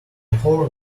horn